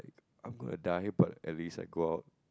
I am going to die but at least I go out